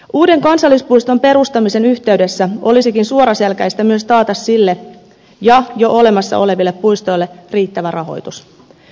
uuden kansallispuiston perustamisen yhteydessä olisikin suoraselkäistä myös taata sille ja jo olemassa oleville puistoille riittävä rahoitus